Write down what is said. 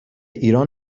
ایران